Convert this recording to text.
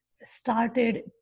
started